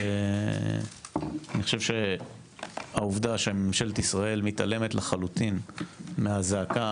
אני חושב שהעובדה שממשלת ישראל מתעלמת לחלוטין מהזעקה